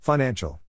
Financial